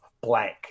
blank